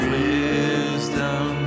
wisdom